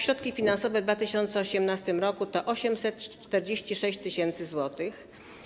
Środki finansowe w 2018 r. to 846 tys. zł.